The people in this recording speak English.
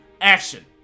action